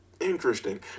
Interesting